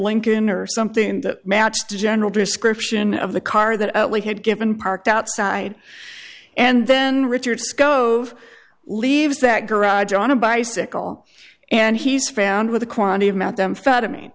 lincoln or something that matched a general description of the car that we had given parked outside and then richard sco of leaves that garage on a bicycle and he's found with a quantity of methamphetamine